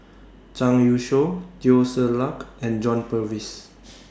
Zhang Youshuo Teo Ser Luck and John Purvis